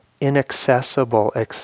inaccessible